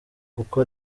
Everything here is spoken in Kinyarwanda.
kuko